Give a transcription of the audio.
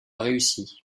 réussi